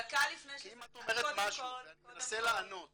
כי אם את אומרת משהו ואני מנסה לענות